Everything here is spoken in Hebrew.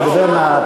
אדוני.